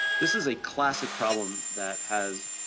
this is a classic problem that has